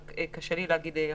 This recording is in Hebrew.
אבל קשה לי להגיד אחוזים.